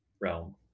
realm